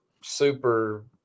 super